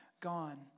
gone